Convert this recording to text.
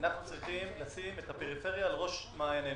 אנחנו צריכים לשים את הפריפריה על ראש מעייננו.